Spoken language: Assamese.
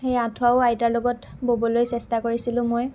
সেই আঁঠুৱাও আইতাৰ লগত ববলৈ চেষ্টা কৰিছিলোঁ মই